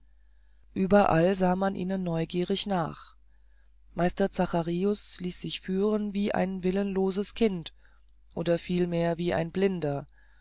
ueberall sah man ihnen neugierig nach meister zacharius ließ sich führen wie ein willenloses kind oder vielmehr wie ein blinder